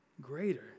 greater